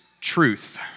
truth